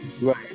Right